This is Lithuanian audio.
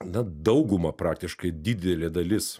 na dauguma praktiškai didelė dalis